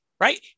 right